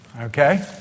okay